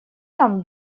там